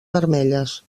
vermelles